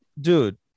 dude